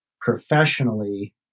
professionally